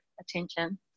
attention